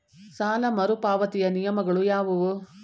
ಸಾಲ ಮರುಪಾವತಿಯ ನಿಯಮಗಳು ಯಾವುವು?